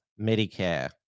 Medicare